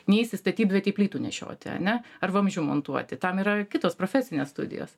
neisi į statybvietėj plytų nešioti ane ar vamzdžių montuoti tam yra kitos profesinės studijos